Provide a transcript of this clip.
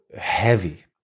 heavy